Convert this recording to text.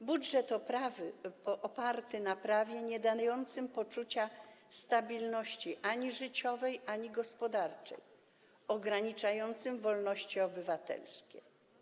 To budżet oparty na prawie niedającym poczucia stabilności ani życiowej, ani gospodarczej, ograniczającym wolności obywatelskie.